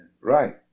Right